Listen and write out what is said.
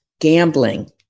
gambling